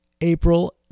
April